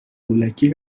هولکی